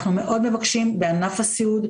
אנחנו מאוד מבקשים בענף הסיעוד,